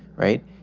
right.